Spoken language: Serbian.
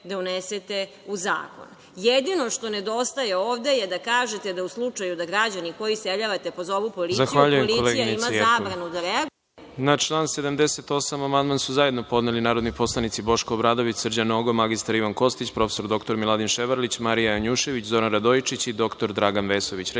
da unesete u zakon. Jedino što nedostaje ovde je da kažete da u slučaju da građani koje iseljavate pozovu policiju, policija ima zabranu da reaguje. **Đorđe Milićević** Na član 78 amandman su zajedno podneli narodni poslanici Boško Obradović, Srđan Nogo, mr Ivan Kostić, prof. dr Miladin Ševarlić, Marija Janjušević, Zoran Radojičić i dr Dragan Vesović. Reč